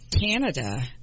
canada